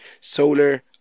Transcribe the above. Solar